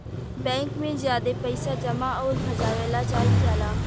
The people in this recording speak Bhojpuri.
बैंक में ज्यादे पइसा जमा अउर भजावे ला जाईल जाला